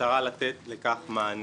במטרה לתת לכך מענה.